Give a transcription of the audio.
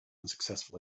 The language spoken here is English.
unsuccessful